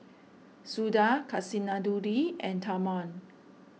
Suda Kasinadhuni and Tharman